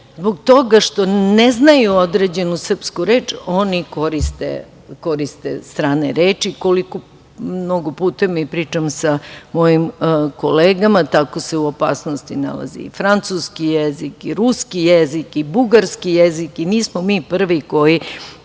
zbog toga što ne znaju određenu srpsku reč oni koriste strane reči, koliko mnogo puta. Pričam sa mojim kolegama, tako se u opasnosti nalazi i francuski jezik i ruski jezik i bugarski jezik. Nismo mi prvi koji